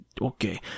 okay